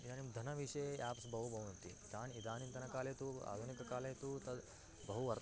इदानीं धनविषये एप्स् बहु भवन्ति तान् इदानीन्तनकाले तु आधुनिककाले तु तद् बहु वर्तते